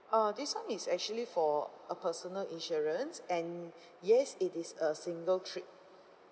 uh this [one] is actually for a personal insurance and yes it is a single trip